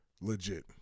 Legit